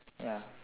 ya